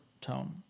tone